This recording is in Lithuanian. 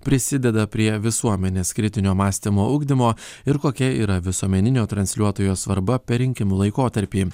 prisideda prie visuomenės kritinio mąstymo ugdymo ir kokia yra visuomeninio transliuotojo svarba per rinkimų laikotarpį